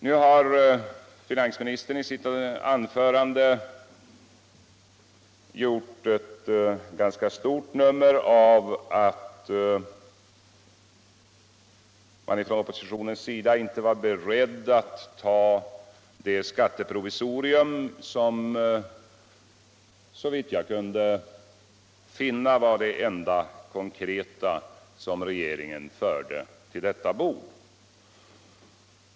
Nu har finansministern i sitt anförande gjort ett ganska stort nummer av att oppositionen inte var beredd att acceptera det skatteprovisorium som såvitt jag kunde finna var det enda konkreta som regeringen förde till detta bo.